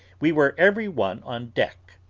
we were every one on deck,